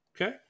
Okay